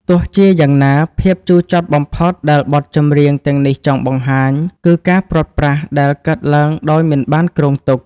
ទោះជាយ៉ាងណា ភាពជូរចត់បំផុតដែលបទចម្រៀងទាំងនេះចង់បង្ហាញ គឺការព្រាត់ប្រាសដែលកើតឡើងដោយមិនបានគ្រោងទុក។